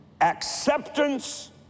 acceptance